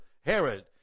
Herod